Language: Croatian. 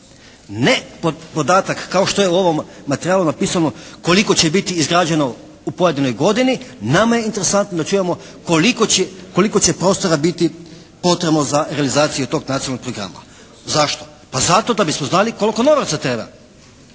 Ne podatak kao što je u ovom materijalu napisano koliko će biti izgrađeno u pojedinoj godini, nama je interesantno da čujemo koliko će prostora biti potrebno za realizaciju tog nacionalnog programa. Zašto? Pa zato da bismo znali koliko novaca treba,